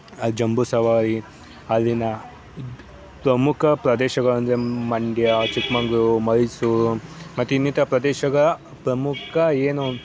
ಅಲ್ಲಿ ಜಂಬೂ ಸವಾರಿ ಅಲ್ಲಿನ ಪ್ರಮುಖ ಪ್ರದೇಶಗಳು ಅಂದರೆ ಮಂಡ್ಯ ಚಿಕ್ಕಮಗ್ಳೂರು ಮೈಸೂರು ಮತ್ತು ಇನ್ನಿತರ ಪ್ರದೇಶಗಳ ಪ್ರಮುಖ ಏನು